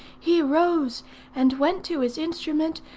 he rose and went to his instrument,